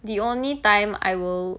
the only time I will